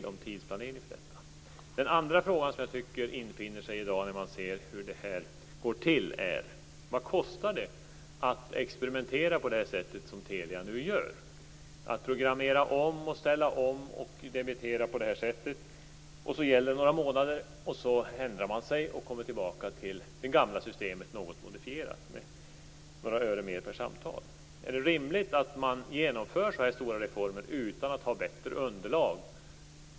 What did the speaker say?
Den andra frågan som jag tycker infinner sig i dag när man ser hur detta går till är: Vad kostar det att experimentera på det sätt som Telia nu gör? Man programmerar om, ställer om och debiterar på det här sättet, och det gäller i några månader. Sedan ändrar man sig och går tillbaka till det gamla systemet som man modifierat något med några öre mer per samtal.